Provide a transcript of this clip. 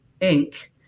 Inc